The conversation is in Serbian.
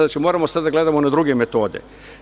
Znači, moramo sada da gledamo na druge metode.